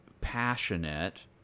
passionate